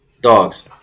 Dogs